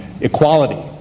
equality